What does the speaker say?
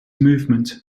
movement